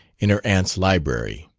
in her aunt's library.